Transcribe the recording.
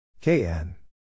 KN